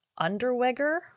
Underweger